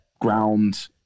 ground